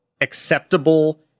acceptable